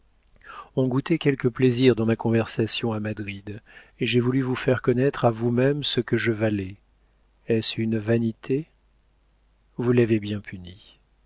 on goûtait quelque plaisir dans ma conversation à madrid et j'ai voulu vous faire connaître à vous-même ce que je valais est-ce une vanité vous l'avez bien punie